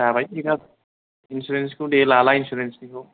जाबाय एक हाजार इन्सुरेन्स खौ दे लाला इन्सुरेन्स निखौ